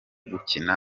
gukina